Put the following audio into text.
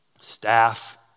staff